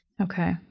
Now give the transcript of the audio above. Okay